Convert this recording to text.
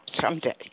someday